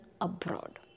abroad